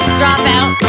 dropout